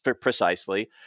precisely